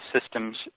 systems